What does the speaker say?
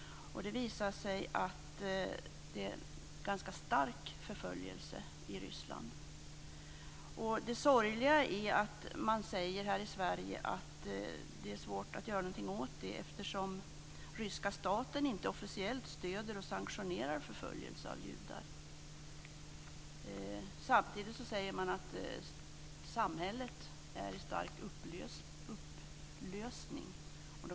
Det visade sig att det är en ganska stark förföljelse i Det sorgliga är att man här i Sverige säger att det är svårt att gör något åt detta eftersom ryska staten inte officiellt stöder och sanktionerar förföljelse av judar. Samtidigt säger man att samhället är i stark upplösning.